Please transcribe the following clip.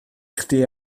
chdi